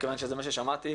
מכיוון שזה מה ששמעתי.